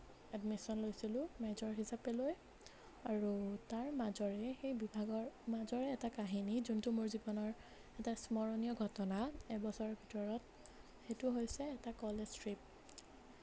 admission লৈছিলোঁ major হিচাপে লৈ আৰু তাৰ মাজৰে সেই বিভাগৰ মাজৰে এটা কাহিনী যোনটো মোৰ জীৱনৰ এটা স্মৰণীয় ঘটনা এবছৰ ভিতৰত সেইটো হৈছে এটা কলেজ ট্ৰিপ